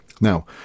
Now